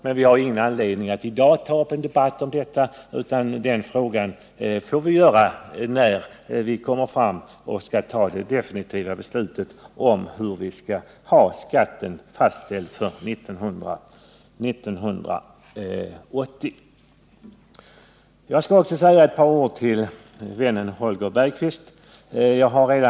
Men vi har ingen anledning att i dag föra en debatt om detta, utan det får vi göra i samband med att vi skall fatta det definitiva beslutet om hur skattesystemet skall fastställas för 1980. Jag vill också säga några ord till vännen Holger Bergqvist.